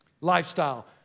lifestyle